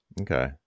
Okay